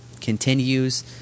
continues